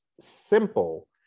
simple